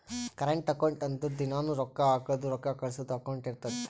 current account ಅಂದುರ್ ದಿನಾನೂ ರೊಕ್ಕಾ ಹಾಕದು ರೊಕ್ಕಾ ಕಳ್ಸದು ಅಕೌಂಟ್ ಇರ್ತುದ್